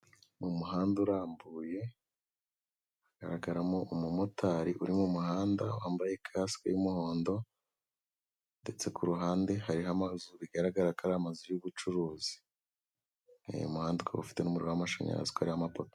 Mu muhanda urambuye hagaragaramo umumotari uri mu muhanda wambaye kasike y'umuhondo ndetse ku ruhande hariho amazu bigaragara ko ari amazu y'ubucuruzi, Umuhanda ukaba ufite umuriro w'amashanyazi ukaba uriho amapoto.